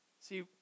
See